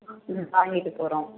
ம் வாங்கிட்டு போகிறோம்